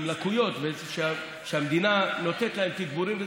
עם לקויות שהמדינה נותנת להם תגבורים,